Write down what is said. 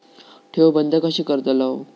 ठेव बंद कशी करतलव?